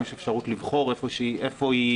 אין מליאה,